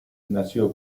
nació